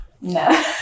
No